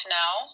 now